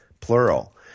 plural